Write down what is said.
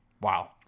Wow